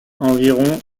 environ